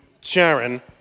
Sharon